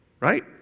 Right